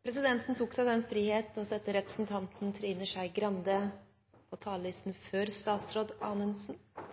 Presidenten har tatt seg den frihet å sette representanten Trine Skei Grande på talerlisten før statsråd